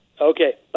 Okay